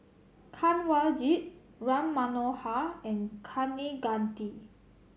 Kanwaljit Ram Manohar and Kaneganti